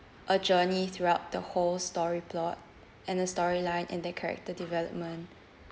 a journey throughout the whole story plot and the storyline and that character development